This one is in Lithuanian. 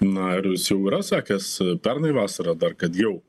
na ir jis jau yra sakęs pernai vasarą dar kad jau